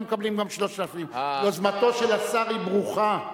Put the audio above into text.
בינתיים לא מקבלים גם 3,000. יוזמתו של השר היא ברוכה.